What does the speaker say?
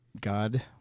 God